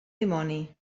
dimoni